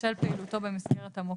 של פעילותו במסגרת המוקד,